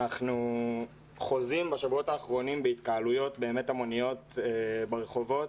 אנחנו חוזים בשבועות האחרונים בהתקהלויות המוניות ברחובות.